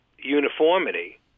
uniformity